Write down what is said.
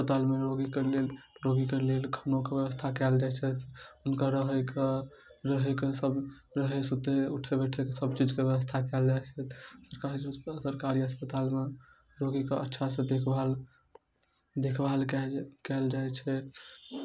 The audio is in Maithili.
अस्पतालमे रोगीके लेल रोगीके लेल खानोके बेबस्था कएल जाइ छनि हुनका रहैके रहैके सब रहै सुतै उठै बैठेके सबचीजके बेबस्था कएल जाइ छै सरकारी हॉस्पिटलमे सरकारी अस्पतालमे रोगीके अच्छासँ देखभाल देखभाल कएल कएल जाइ छै